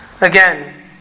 Again